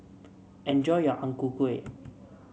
enjoy your Ang Ku Kueh